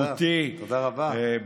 איכותי, תודה רבה.